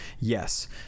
yes